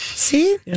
See